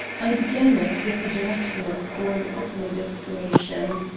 i began it, with a directness born of my desperation.